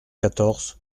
quatorze